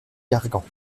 gargan